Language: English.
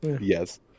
Yes